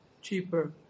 cheaper